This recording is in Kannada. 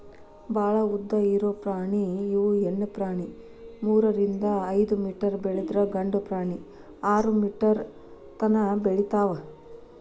ಭಾಳ ಉದ್ದ ಇರು ಪ್ರಾಣಿ ಇವ ಹೆಣ್ಣು ಪ್ರಾಣಿ ಮೂರರಿಂದ ಐದ ಮೇಟರ್ ಬೆಳದ್ರ ಗಂಡು ಪ್ರಾಣಿ ಆರ ಮೇಟರ್ ತನಾ ಬೆಳಿತಾವ